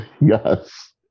Yes